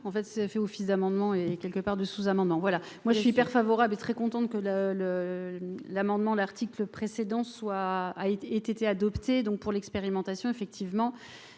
en fait fait office d'amendements et quelque part de sous-amendements, voilà, moi je suis père favorable et très contente que le le l'amendement l'article précédent soit a été été adoptées donc pour l'expérimentation effectivement